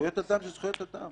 זכויות אדם זה זכויות אדם.